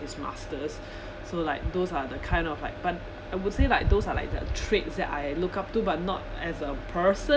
his masters so like those are the kind of like but I would say like those are like that traits that I look up to but not as a person